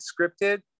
scripted